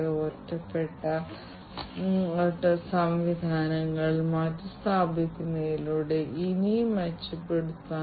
അതിനാൽ കാര്യക്ഷമമായ രീതിയിൽ സുരക്ഷിതത്വവും ഖനന വ്യവസായത്തിലെ കാര്യക്ഷമത വർദ്ധിപ്പിക്കലും IIoT സ്വീകരിക്കുന്നതിലൂടെ ലഭിക്കുന്ന മറ്റൊരു നേട്ടമാണ്